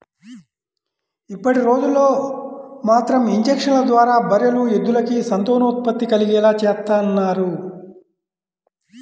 ఇప్పటిరోజుల్లో మాత్రం ఇంజక్షన్ల ద్వారా బర్రెలు, ఎద్దులకి సంతానోత్పత్తి కలిగేలా చేత్తన్నారు